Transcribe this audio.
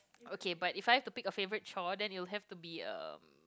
okay but if I have to pick a favorite chore then it would have to be um